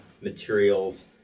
materials